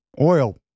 oil